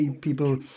people